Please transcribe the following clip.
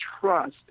trust